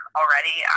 already